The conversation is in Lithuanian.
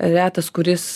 retas kuris